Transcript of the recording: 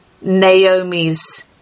Naomi's